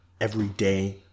everyday